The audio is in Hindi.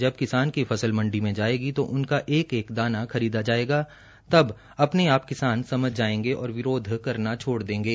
जब किसान की फसल मंडी में जायेगी और उनका एक एक दाना खरीदा जायेगा जब अपने आप किसान समझ जायेंगे कि विरोध करना छोड़ देंगे